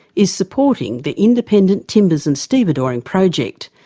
is supporting the independent timbers and stevedoring project.